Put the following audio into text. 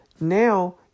now